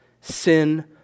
sin